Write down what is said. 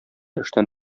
эштән